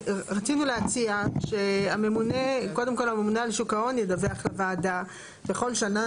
רצינו להציע שקודם כל הממונה על שוק ההון ידווח לוועדה בכל שנה,